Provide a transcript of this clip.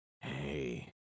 hey